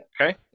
Okay